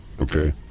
Okay